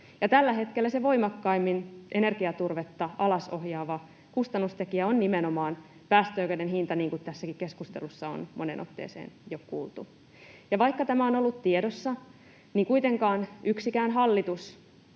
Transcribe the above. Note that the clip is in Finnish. tällä hetkellä se voimakkaimmin energiaturvetta alas ohjaava kustannustekijä on nimenomaan päästöoikeuden hinta, niin kuin tässäkin keskustelussa on moneen otteeseen jo kuultu. Vaikka tämä on ollut tiedossa, niin kuitenkaan yksikään hallitus